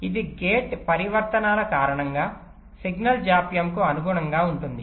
ఇది గేట్ పరివర్తనాల కారణంగా సిగ్నల్ జాప్యంకు అనుగుణంగా ఉంటుంది